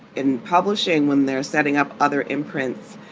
in publishing when they're setting up other imprints.